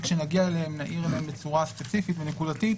שכשנגיע אליהם נעיר בצורה ספציפית ונקודתית.